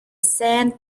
sand